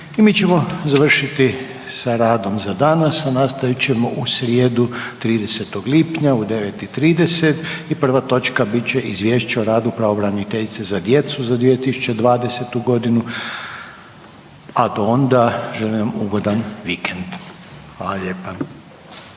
I mi ćemo završiti sa radom za danas, a nastavit ćemo u srijedu 30. lipnja u 9,30 i prva točka bit će Izvješće o radu pravobraniteljice za djecu za 2020.g., a do onda želim vam ugodan vikend. Hvala lijepa.